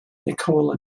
nicole